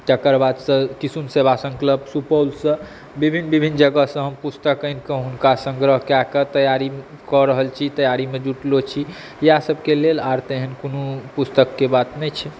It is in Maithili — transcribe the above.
तकर बादसँ किशुन सेवा सङ्कल्प सुपौलसँ विभिन्न विभिन्न जगहसँ हम पुस्तक आनि कऽ हुनका सङ्ग्रह कए कऽ तैआरी कऽ रहल छी तैआरीमे जुटलो छी इएह सभके लेल आर तऽ एहन कोनो पुस्तकके बात नहि छै